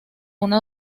una